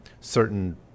Certain